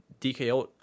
DKO